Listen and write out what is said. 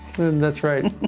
that's right.